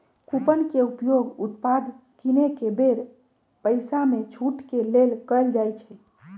coupon के उपयोग उत्पाद किनेके बेर पइसामे छूट के लेल कएल जाइ छइ